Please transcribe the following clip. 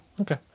Okay